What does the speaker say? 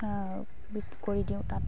বিক্ৰী কৰি দিওঁ তাঁত